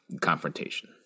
confrontation